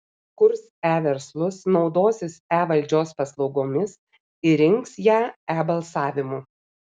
kurs e verslus naudosis e valdžios paslaugomis ir rinks ją e balsavimu